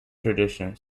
tradition